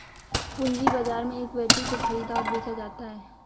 पूंजी बाजार में इक्विटी को ख़रीदा और बेचा जाता है